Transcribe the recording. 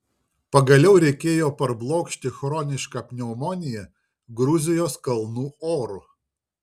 pagaliau reikėjo parblokšti chronišką pneumoniją gruzijos kalnų oru